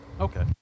okay